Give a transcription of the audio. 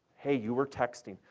hey, you were texting.